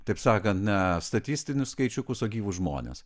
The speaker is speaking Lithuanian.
taip sakant ne statistinius skaičiukus o gyvus žmones